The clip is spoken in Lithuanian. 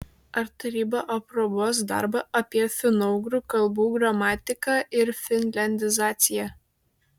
ar taryba aprobuos darbą apie finougrų kalbų gramatiką ir finliandizaciją